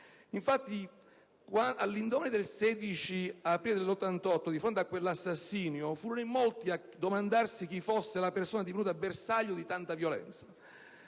Infatti, all'indomani del 16 aprile del 1988, di fronte a quell'assassinio, furono in molti a domandarsi chi fosse la persona divenuta bersaglio di tanta violenza.